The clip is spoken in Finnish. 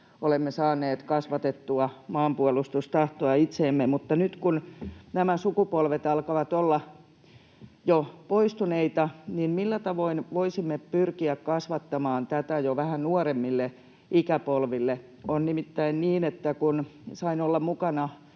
olemme saaneet kasvatettua maanpuolustustahtoa itseemme. Mutta nyt kun nämä sukupolvet alkavat olla jo poistuneita, niin millä tavoin voisimme pyrkiä kasvattamaan tätä jo vähän nuoremmille ikäpolville? On nimittäin niin, että kun sain olla mukana